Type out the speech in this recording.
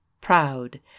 Proud